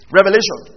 Revelation